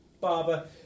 Barber